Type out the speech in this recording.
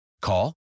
Call